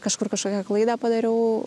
kažkur kažkokią klaidą padariau